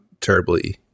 terribly